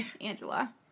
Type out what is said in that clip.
Angela